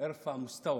ארפע משתווא,